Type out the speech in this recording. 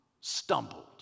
stumbled